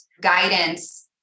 guidance